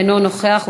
אינו נוכח.